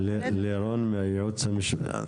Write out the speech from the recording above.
לירון, מהייעוץ המשפטי - אפשר?